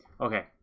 Okay